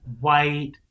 white